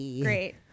great